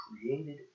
created